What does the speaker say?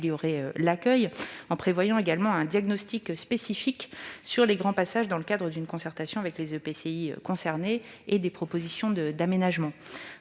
l'accueil. Il prévoit également un diagnostic spécifique sur les grands passages dans le cadre d'une concertation avec les EPCI concernés et des propositions d'aménagement.